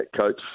coach